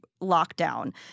lockdown